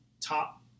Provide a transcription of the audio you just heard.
top